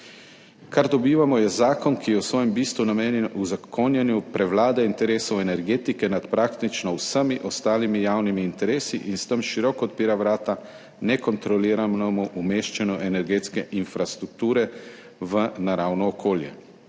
Kar dobivamo, je zakon, ki je v svojem bistvu namenjen uzakonjanju prevlade interesov energetike nad praktično vsemi ostalimi javnimi interesi in s tem široko odpira vrata nekontroliranemu umeščanju energetske infrastrukture v naravno okolje.